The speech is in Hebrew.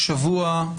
שבוע,